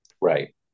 Right